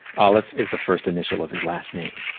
alif is the first initial of his last name.